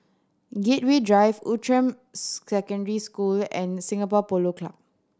Gateway Drive Outram Secondary School and Singapore Polo Club